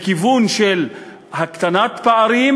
לכיוון של הקטנת פערים